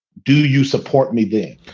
do you support me there?